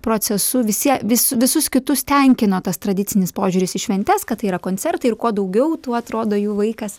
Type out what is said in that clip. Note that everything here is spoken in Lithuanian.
procesu visie vis visus kitus tenkino tas tradicinis požiūris į šventes kad tai yra koncertai ir kuo daugiau tuo atrodo jų vaikas